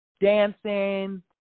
dancing